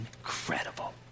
incredible